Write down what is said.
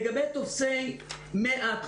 לגבי טופסי 100,